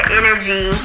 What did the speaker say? energy